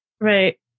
Right